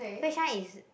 which one is